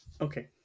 Okay